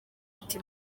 ati